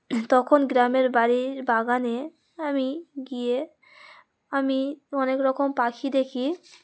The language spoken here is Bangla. তখন গ্রামের বাড়ির বাগানে আমি গিয়ে আমি অনেক রকম পাখি দেখি